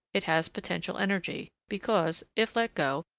it has potential energy, because, if let go,